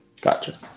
Gotcha